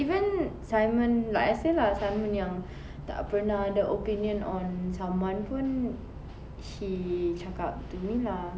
even simon like I say lah simon yang tak pernah ada opinion on someone pun he cakap to me lah